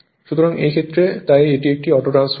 সুতরাং এই ক্ষেত্রে তাই এটি একটি অটো ট্রান্সফরমার